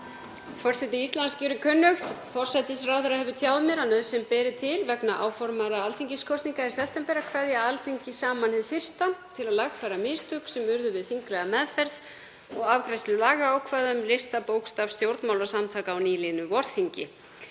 Forseti Íslands gjörir kunnugt: „Forsætisráðherra hefir tjáð mér að nauðsyn beri til vegna áformaðra alþingiskosninga í september að kveðja Alþingi saman hið fyrsta til að lagfæra mistök sem urðu við þinglega meðferð og afgreiðslu lagaákvæða um listabókstaf stjórnmálasamtaka á nýliðnu vorþingi.